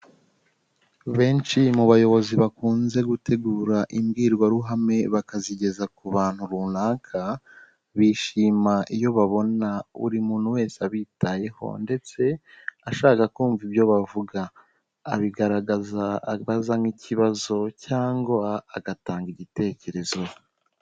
Benshi mu bayobozi bakunze gutegura imbwirwaruhame bakazigeza ku bantu runaka, bishima iyo babona buri muntu wese abitayeho ndetse ashaka kumva ibyo bavuga, abigaragaza abaza nk'ikibazo cyangwa agatanga igitekerezo.